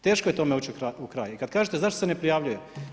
Teško je tome ući u kraj i kad kažete zašto se ne prijavljuje?